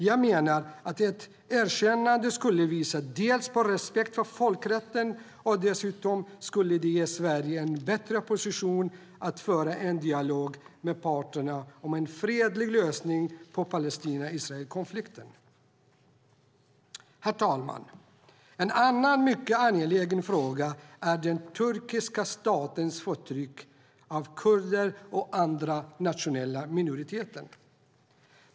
Jag menar att ett erkännande dels skulle visa på en respekt för folkrätten, dels ge Sverige en bättre position att föra en dialog med parterna om en fredlig lösning på Palestina-Israel-konflikten. Herr talman! En annan mycket angelägen fråga är den turkiska statens förtryck av kurder och andra nationella minoriteter.